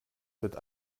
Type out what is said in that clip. mit